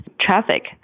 traffic